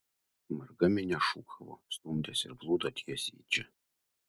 marga minia šūkavo stumdėsi ir plūdo tiesiai į čia